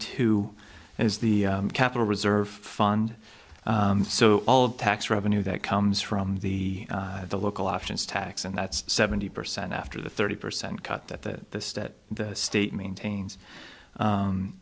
two is the capital reserve fund so all of tax revenue that comes from the the local options tax and that's seventy percent after the thirty percent cut that the state maintains